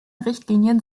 richtlinien